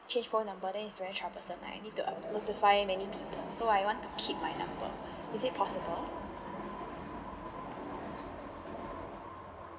change phone number then is very troublesome I need to notify many people so I want to keep my number is it possible